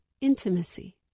intimacy